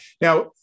now